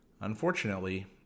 Unfortunately